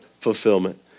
fulfillment